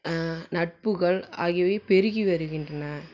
நட்புகள் ஆகியவை பெருகி வருகின்றன